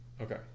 Okay